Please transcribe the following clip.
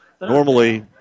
Normally